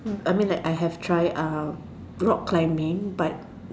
I mean I have try uh rock climbing but